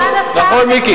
נכון, מיקי?